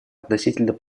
относительно